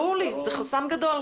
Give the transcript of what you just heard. זה חסם גדול.